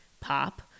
Pop